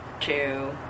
two